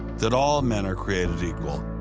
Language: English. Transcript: that all men are created equal,